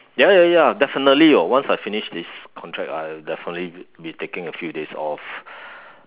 ya ya ya definitely [what] once I finish this contract I'll definitely be taking a few days off